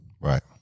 right